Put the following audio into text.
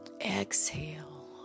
Exhale